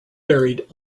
buried